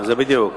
זה בדיוק.